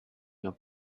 your